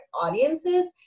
audiences